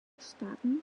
staaten